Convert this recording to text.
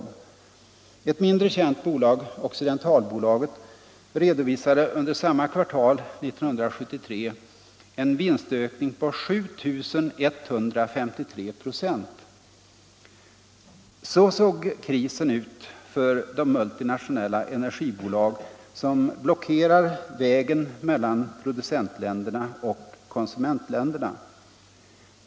Ett sådant bolag, Occidentalbolaget, redovisade under samma kvartal en vinstökning på 7153 96. Så såg krisen ut för de multinationella energibolag, som blockerar vägen 67 mellan producentländerna och konsumentländerna.